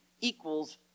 equals